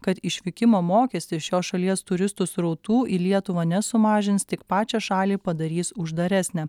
kad išvykimo mokestis šios šalies turistų srautų į lietuvą nesumažins tik pačią šalį padarys uždaresnę